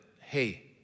hey